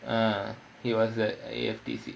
uh he was at A_F_T_C